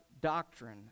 doctrine